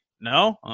no